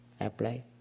apply